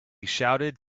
shouted